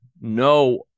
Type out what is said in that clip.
no